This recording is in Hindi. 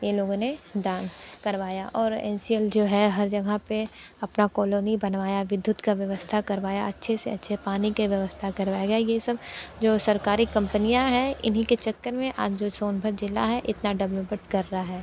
यह लोगों ने दान करवाया और एन सी एल जो हैं हर जगह पर अपना कॉलोनी बनवाया विद्युत का व्यवस्था करवाया अच्छे से अच्छे पानी की व्यवस्था करवाया गया यह सब जो सरकारी कंपनियां हैं इन्ही के चक्कर में आज जो सोनभद्र ज़िला हैं इतना डेवलपमेंट कर रहा हैं